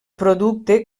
producte